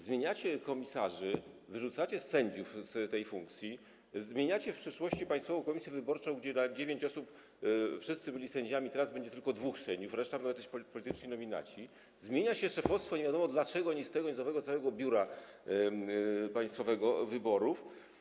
Zmieniacie komisarzy, wyrzucacie sędziów z tej funkcji, zmieniacie w przyszłości Państwową Komisję Wyborczą, gdzie na dziewięć osób wszystkie były sędziami, teraz będzie tylko dwóch sędziów, reszta to będą jacyś polityczni nominaci, zmienia się szefostwo, nie wiadomo dlaczego, ni z tego, ni z owego, całego państwowego biura wyborczego.